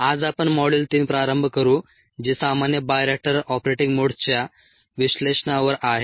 आज आपण मॉड्युल 3 प्रारंभ करू जे सामान्य बायोरिएक्टर ऑपरेटिंग मोड्सच्या विश्लेषणावर आहे